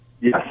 Yes